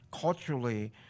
culturally